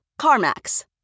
CarMax